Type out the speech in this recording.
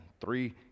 three